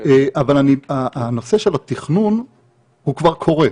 אבל הנושא של התכנון כבר קורה.